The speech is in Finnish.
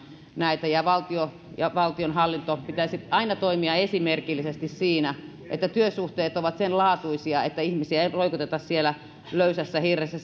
näitä ja valtion ja valtionhallinnon pitäisi aina toimia esimerkillisesti siinä että työsuhteet ovat senlaatuisia että ihmisiä ei roikoteta siellä löysässä hirressä